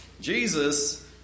Jesus